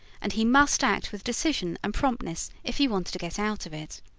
and he must act with decision and promptness, if he wanted to get out of it.